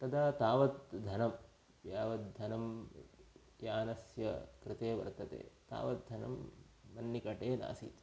तदा तावत् धनं यावत् धनं यानस्य कृते वर्तते तावत् धनं मन्निकटे नासीत्